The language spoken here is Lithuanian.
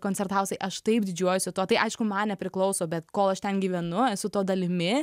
koncertavusiai aš taip didžiuojuosi tuo tai aišku man nepriklauso bet kol aš ten gyvenu esu to dalimi